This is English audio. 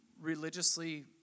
religiously